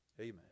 Amen